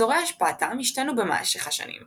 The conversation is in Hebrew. אזורי השפעתם השתנו במשך השנים,